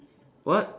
what